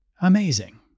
Amazing